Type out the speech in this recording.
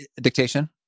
Dictation